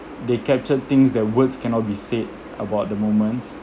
they capture things that words cannot be said about the moments